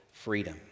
freedom